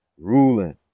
ruling